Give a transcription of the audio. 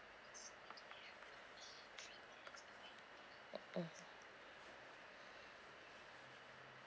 mm (uh huh)